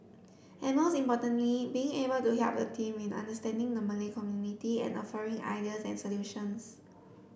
and most importantly being able to help the team in understanding the Malay community and offering ideas and solutions